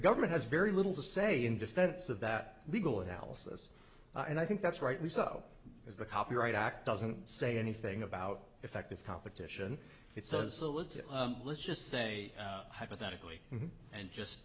government has very little to say in defense of that legal analysis and i think that's rightly so is the copyright act doesn't say anything about effective competition it says let's just say hypothetically and just